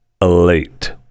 late